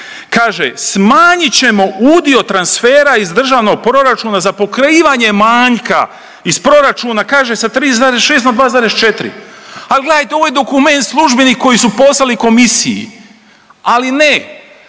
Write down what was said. kaže, smanjit ćemo udio transfera iz državnog proračuna za pokrivanje manjka iz proračuna kaže sa 3,6 na 2,4, a gledajte ovo je dokument službeni koji su poslali komisiji, ali ne,